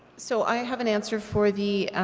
so i have an answer for the